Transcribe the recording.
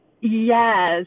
yes